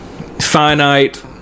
finite